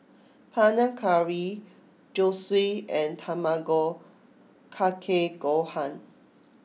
Panang Curry Zosui and Tamago Kake Gohan